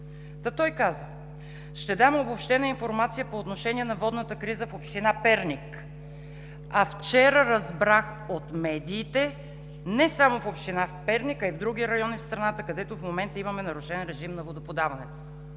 той каза: „Ще дам обобщена информация по отношение на водната криза в община Перник , а вчера разбрах от медиите – не само в община Перник, а и в други райони в страната, където в момента имаме нарушен режим на водоподаване.“